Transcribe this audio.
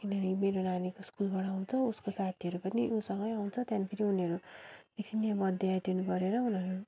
किनभने मेरो नानीको स्कुलबाट आउँछ उसको साथीहरू पनि उसँगै आउँछ त्यहाँदेखि फेरि उनीहरू एकछिन त्यहाँ बर्थडे एटेन्ड गरेर उनीहरू